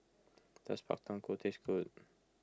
does Pak Thong Ko taste good